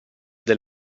del